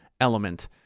element